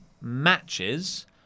matches